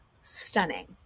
stunning